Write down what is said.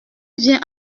viens